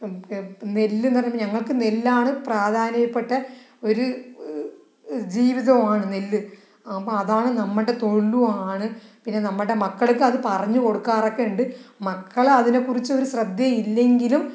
നെല്ലെന്ന് പറയുമ്പോൾ ഞങ്ങൾക്ക് നെല്ലാണ് പ്രധാനപ്പെട്ട ഒരു ജീവിതവുമാണ് നെല്ല് അപ്പോൾ അതാണ് നമ്മളുടെ തൊഴിലുമാണ് പിന്നെ നമ്മുടെ മക്കൾക്ക് അത് പറഞ്ഞു കൊടുക്കാറൊക്കെയുണ്ട് മക്കള് അതിനെക്കുറിച്ച് ഒരു ശ്രദ്ധയും ഇല്ലെങ്കിലും